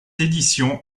édition